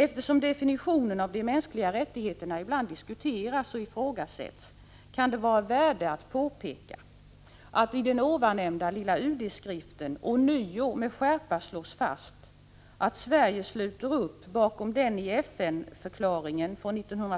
Eftersom definitionen av de mänskliga rättigheterna ibland diskuteras och ifrågasätts kan det vara av värde att påpeka att det i den ovannämnda lilla UD-skriften ånyo med skärpa slås fast att Sverige sluter upp bakom den i FN-förklaringen från 1948